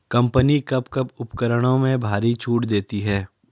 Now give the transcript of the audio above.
Company कब कब उपकरणों में भारी छूट देती हैं?